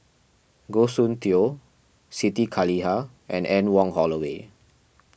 Goh Soon Tioe Siti Khalijah and Anne Wong Holloway